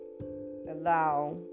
allow